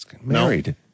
Married